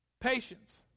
Patience